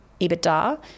EBITDA